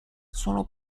sono